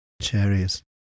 cherries